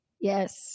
Yes